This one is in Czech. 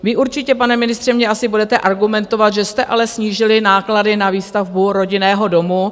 Vy určitě, pane ministře, mě asi budete argumentovat, že jste ale snížili náklady na výstavbu rodinného domu.